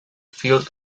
field